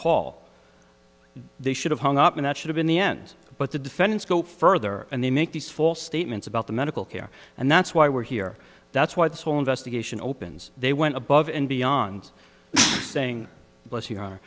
call they should have hung up and that should have been the end but the defendants go further and they make these false statements about the medical care and that's why we're here that's why this whole investigation opens they went above and beyond saying bless you